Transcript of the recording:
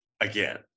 Again